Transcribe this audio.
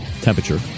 temperature